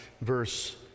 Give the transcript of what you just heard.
verse